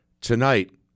tonight